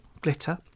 glitter